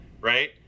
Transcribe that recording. right